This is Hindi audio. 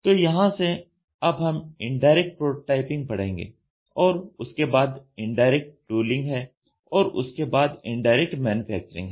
तो यहां से अब हम इनडायरेक्ट प्रोटोटाइपिंग पढ़ेंगे और उसके बाद इनडायरेक्ट टूलिंग है और उसके बाद इनडायरेक्ट मैन्युफैक्चरिंग है